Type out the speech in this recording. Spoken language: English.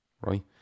right